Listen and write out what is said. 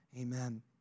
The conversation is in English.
Amen